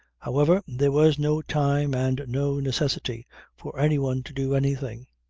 however there was no time and no necessity for any one to do anything.